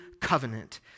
covenant